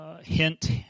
hint